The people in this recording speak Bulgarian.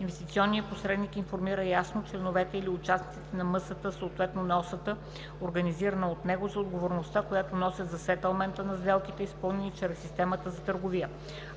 Инвестиционният посредник информира ясно членовете или участниците на МСТ, съответно на OCT, организирана от него, за отговорността, която носят за сетълмента на сделките, изпълнени чрез системата за търговия.